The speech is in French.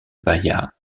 bahia